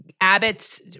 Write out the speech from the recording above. Abbott's